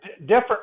Different